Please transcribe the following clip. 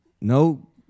no